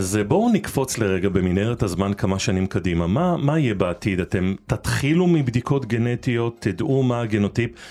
אז בואו נקפוץ לרגע במנהרת הזמן כמה שנים קדימה, מה יהיה בעתיד? אתם תתחילו מבדיקות גנטיות, תדעו מה הגנוטיפ